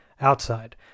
outside